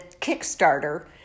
Kickstarter